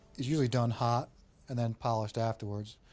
usually done hot and then polished afterwards.